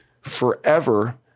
forever